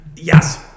Yes